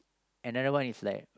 and the other one is like